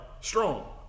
strong